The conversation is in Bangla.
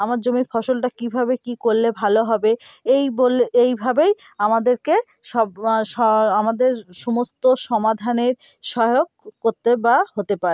আমার জমির ফসলটা কীভাবে কি করলে ভালো হবে এই বলে এইভাবেই আমাদেরকে সব আমাদের সমস্ত সমাধানের সহায়ক করতে বা হতে পারে